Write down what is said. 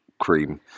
cream